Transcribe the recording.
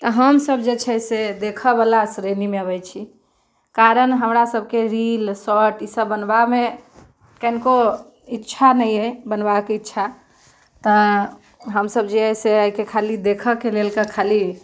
तऽ हमसभ जे छै देखऽवला श्रेणीमे अबै छी कारण हमरा सभके रील शॉर्ट्स ई सभ बनबामे कनिको इच्छा नहि अइ बनबाके इच्छा तऽ हमसभ जे अइ से खाली देखऽ कऽ लेल कऽ खाली